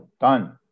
done